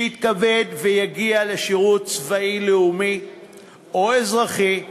שיתכבד ויגיע לשירות צבאי, לאומי או אזרחי,